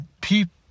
people